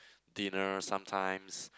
dinner sometimes